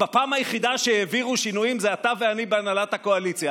בפעם היחידה שהעבירו שינויים זה אתה ואני בהנהלת הקואליציה.